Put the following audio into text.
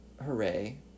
hooray